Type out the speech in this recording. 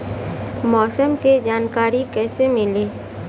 मौसम के जानकारी कैसे मिली?